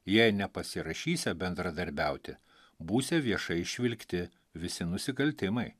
jei nepasirašysią bendradarbiauti būsią viešai išvilkti visi nusikaltimai